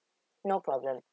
no problem